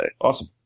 Awesome